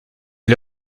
est